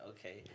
Okay